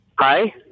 Hi